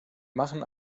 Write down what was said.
machen